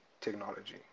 technology